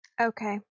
Okay